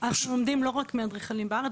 --- אנחנו לומדים לא רק מאדריכלים בארץ,